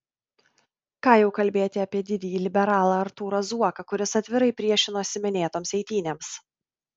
ką jau kalbėti apie didįjį liberalą artūrą zuoką kuris atvirai priešinosi minėtoms eitynėms